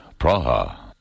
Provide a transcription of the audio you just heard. Praha